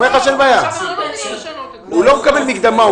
הוא לא מקבל מקדמה.